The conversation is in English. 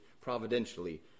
providentially